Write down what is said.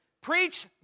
Preach